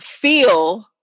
feel